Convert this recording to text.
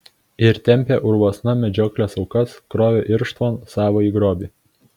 ir tempė urvuosna medžioklės aukas krovė irštvon savąjį grobį